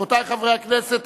רבותי חברי הכנסת,